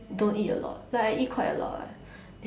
don't eat a lot like I eat quite eat a lot lah